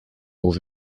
ouve